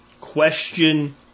question